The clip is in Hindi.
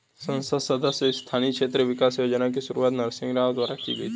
संसद सदस्य स्थानीय क्षेत्र विकास योजना की शुरुआत नरसिंह राव द्वारा की गई थी